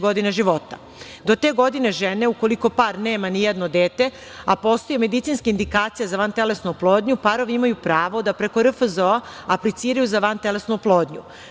godine žene, ukoliko par nema nijedno dete, a postoje medicinske indikacije za vantelesnu oplodnju, parovi imaju pravo da preko RFZO apliciraju za vantelesnu oplodnju.